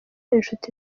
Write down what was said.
inshuti